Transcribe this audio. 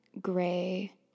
gray